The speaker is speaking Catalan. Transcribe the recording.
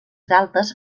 galtes